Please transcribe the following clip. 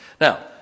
Now